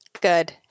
good